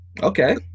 Okay